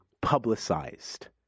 publicized